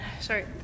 Sorry